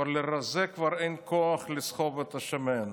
הוא אומר: לרזה כבר אין כוח לסחוב את השמן,